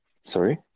sorry